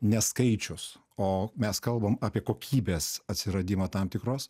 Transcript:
ne skaičius o mes kalbam apie kokybės atsiradimą tam tikros